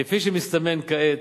כפי שמסתמן כעת,